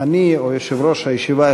כשאני או יושב-ראש הישיבה,